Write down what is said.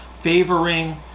favoring